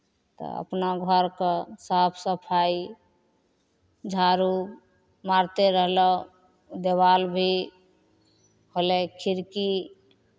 तऽ अपना घरके साफ सफाइ झाड़ू मारिते रहलहुँ देवाल भी होलै खिड़की